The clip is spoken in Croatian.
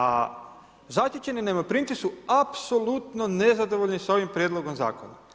A zaštićeni najmoprimci su apsolutno nezadovoljni sa ovim prijedlogom zakona.